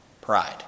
pride